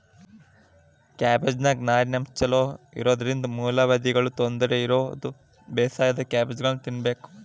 ಕ್ಯಾಬಿಜ್ನಾನ್ಯಾಗ ನಾರಿನಂಶ ಚೋಲೊಇರೋದ್ರಿಂದ ಮೂಲವ್ಯಾಧಿಗಳ ತೊಂದರೆ ಇರೋರು ಬೇಯಿಸಿದ ಕ್ಯಾಬೇಜನ್ನ ತಿನ್ಬೇಕು